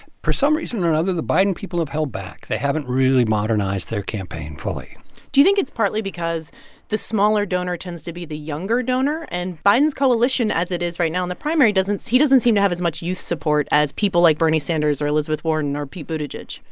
for some reason or another, the biden people have held back. they haven't really modernized their campaign fully do you think it's partly because the smaller donor tends to be the younger donor and biden's coalition as it is right now in the primary doesn't he doesn't seem to have as much youth support as people like bernie sanders or elizabeth warren or pete buttigieg?